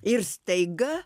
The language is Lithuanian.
ir staiga